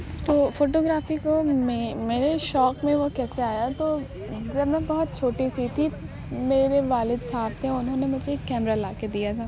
تو photography کو میں میرے شوق میں وہ کیسے آیا تو جب میں بہت چھوٹی سی تھی میرے والد صاحب تھے انہوں نے مجھے ایک کیمرا لا کے دیا تھا